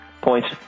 Points